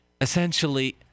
Essentially